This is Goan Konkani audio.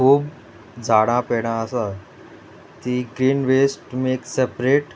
खूब झाडां पेडां आसा तीं ग्रीन वेस्ट तुमी एक सेपरेट